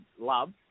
love